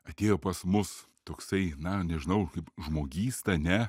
atėjo pas mus toksai na nežinau kaip žmogysta ne